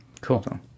Cool